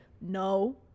no